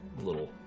little